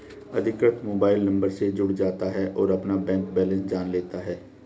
अधिकृत mobile number से जुड़ जाता है और अपना बैंक बेलेंस जान लेता है